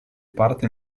parte